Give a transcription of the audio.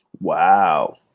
Wow